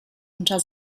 unter